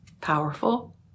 Powerful